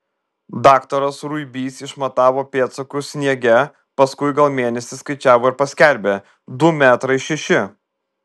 daktaras ruibys išmatavo pėdsakus sniege paskui gal mėnesį skaičiavo ir paskelbė du metrai šeši